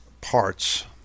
parts